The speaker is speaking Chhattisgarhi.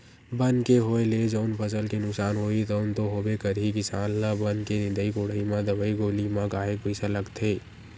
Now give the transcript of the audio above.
बन के होय ले जउन फसल के नुकसान होही तउन तो होबे करही किसान ल बन के निंदई कोड़ई म दवई गोली म काहेक पइसा लागथे